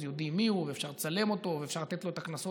אז יודעים מי הוא ואפשר לצלם אותו ואפשר לתת לו את הקנסות,